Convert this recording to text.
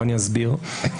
ואני אסביר.